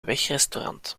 wegrestaurant